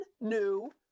new